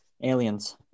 aliens